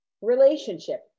relationship